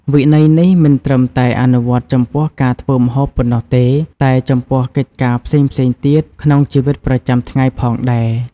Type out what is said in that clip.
វិន័យនេះមិនត្រឹមតែអនុវត្តចំពោះការធ្វើម្ហូបប៉ុណ្ណោះទេ តែចំពោះកិច្ចការផ្សេងៗទៀតក្នុងជីវិតប្រចាំថ្ងៃផងដែរ។